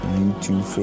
YouTube